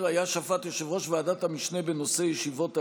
היה שפט יושב-ראש ועדת המשנה בנושא ישיבות ההסדר,